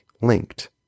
linked